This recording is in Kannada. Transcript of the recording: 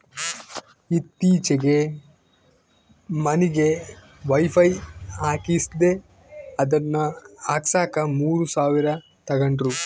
ಈತ್ತೀಚೆಗೆ ಮನಿಗೆ ವೈಫೈ ಹಾಕಿಸ್ದೆ ಅದನ್ನ ಹಾಕ್ಸಕ ಮೂರು ಸಾವಿರ ತಂಗಡ್ರು